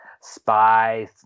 spy